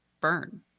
Burn